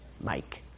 Mike